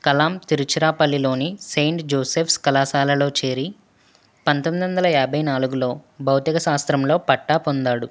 కలామ్ తిరుచిరాపల్లిలోని saint Joseph's కళాశాలలో చేరి పంతొమ్మిది వందల యాభై నాలుగులో భౌతికశాస్త్రంలో పట్టా పొందాడు